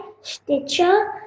Stitcher